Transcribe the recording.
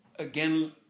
again